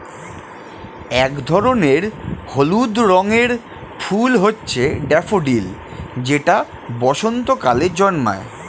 এক ধরনের হলুদ রঙের ফুল হচ্ছে ড্যাফোডিল যেটা বসন্তকালে জন্মায়